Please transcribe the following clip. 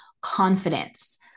confidence